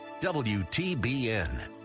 WTBN